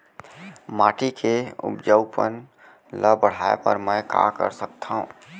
माटी के उपजाऊपन ल बढ़ाय बर मैं का कर सकथव?